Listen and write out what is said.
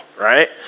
right